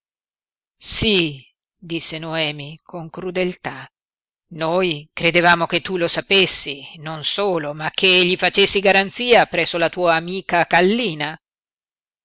si domandava sí disse noemi con crudeltà noi credevamo che tu lo sapessi non solo ma che gli facessi garanzia presso la tua amica kallina